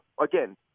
again